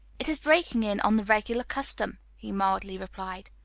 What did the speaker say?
it is breaking in on the regular custom, he mildly replied.